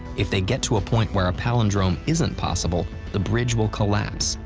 if they get to a point where a palindrome isn't possible, the bridge will collapse,